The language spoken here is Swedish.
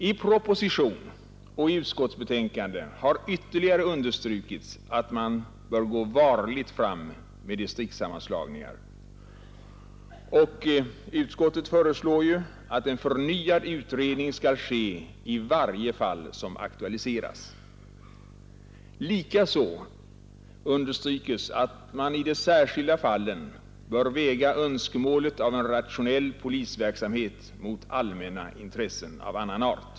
I propositionen och i utskottsbetänkandet har ytterligare understrukits att man bör gå varligt fram med distriktssammanslagningar, och utskottet föreslår att en förnyad utredning skall ske i varje fall som aktualiseras. Likaså understryks att man i de särskilda fallen bör väga önskemålet om en rationell polisverksamhet mot allmänna intressen av annan art.